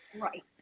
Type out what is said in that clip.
Right